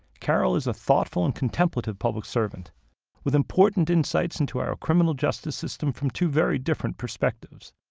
carol is a thoughtful and contemplative public servant with important insights into our criminal justice system from two very different perspectives.